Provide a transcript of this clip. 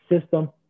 System